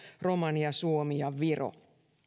romania suomi ja viro